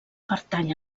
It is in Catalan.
pertany